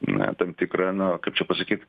na tam tikrą na kaip čia pasakyt